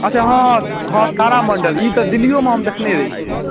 अच्छा हँ हँ हँ तारामण्डल ई तऽ दिल्लिओमे हम देखने रहिए